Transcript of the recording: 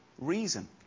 reason